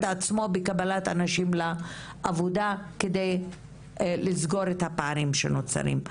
עצמו בקבלת האנשים לעבודה על מנת לסגור את הפערים שנוצרים.